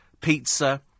pizza